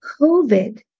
COVID